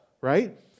right